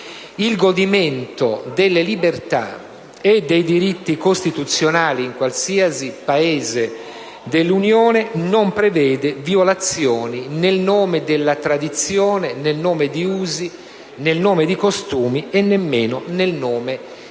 il godimento delle libertà e dei diritti costituzionali in qualsiasi Paese dell'Unione non prevede violazioni nel nome della tradizione, di usi o di costumi e nemmeno nel nome di